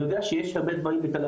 אני יודע שיש כל מיני דברים בתל-אביב,